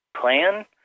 plan